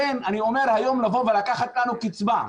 לכן אני אומר שהיום לבוא ולקחת לנו קצבה,